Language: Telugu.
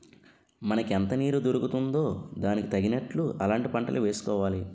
మనకెంత నీరు దొరుకుతుందో దానికి తగినట్లు అలాంటి పంటలే వేసుకోవాలి